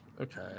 Okay